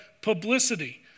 Publicity